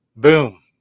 Boom